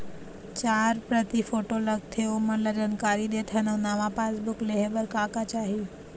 चार प्रति फोटो लगथे ओमन ला जानकारी देथन अऊ नावा पासबुक लेहे बार का का चाही?